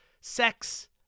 sex